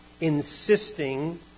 insisting